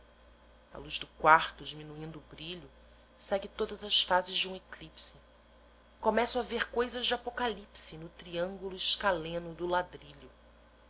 desventura a luz do quarto diminuindo o brilho segue todas as fases de um eclipse começo a ver coisas de apocalipse no triângulo escaleno do ladrilho